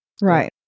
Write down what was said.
Right